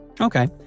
okay